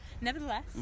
nevertheless